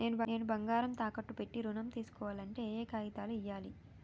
నేను బంగారం తాకట్టు పెట్టి ఋణం తీస్కోవాలంటే ఏయే కాగితాలు ఇయ్యాలి?